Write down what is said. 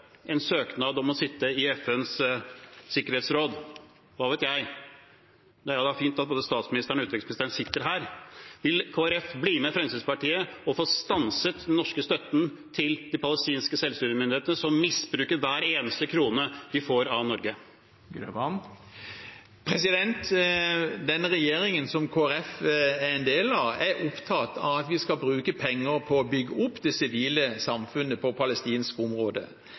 en søknad om å sitte i FNs sikkerhetsråd – hva vet jeg? Da er det fint at både statsministeren og utenriksministeren sitter her. Vil Kristelig Folkeparti bli med Fremskrittspartiet og få stanset den norske støtten til de palestinske selvstyremyndighetene, som misbruker hver eneste krone de får av Norge? Den regjeringen som Kristelig Folkeparti er en del av, er opptatt av at vi skal bruke penger på å bygge opp det sivile samfunnet på palestinsk område.